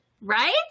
Right